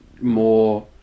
more